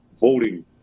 voting